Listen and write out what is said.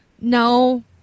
no